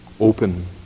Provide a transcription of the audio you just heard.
Open